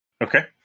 Okay